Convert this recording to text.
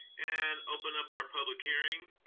and open up our public hearing.